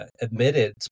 admitted